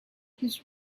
his